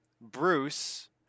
Bruce